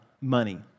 money